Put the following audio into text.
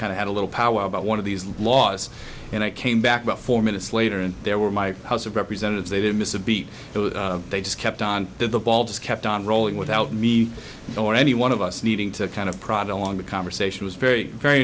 kind of had a little powwow about one of these laws and i came back about four minutes later and there were my house of representatives they didn't miss a beat they just kept on the ball just kept on rolling without me or any one of us needing to kind of prada long the conversation was very very